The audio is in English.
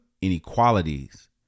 inequalities